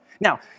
Now